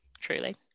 truly